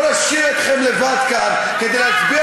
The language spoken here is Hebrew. ולא נשאיר אתכם לבד כאן כדי להצביע